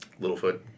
Littlefoot